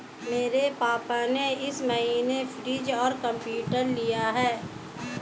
मेरे पापा ने इस महीने फ्रीज और कंप्यूटर लिया है